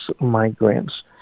migrants